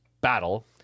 battle